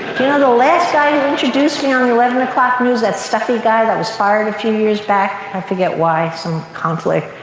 yeah the last guy who introduced me on the eleven o'clock news, that stuffy guy that retired a few years back, i forget why, some conflict,